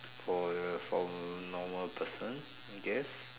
for the from normal person I guess